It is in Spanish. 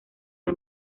del